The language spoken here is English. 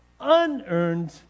Unearned